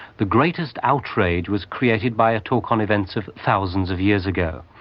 the greatest outrage was created by a talk on events of thousands of years ago.